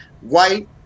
white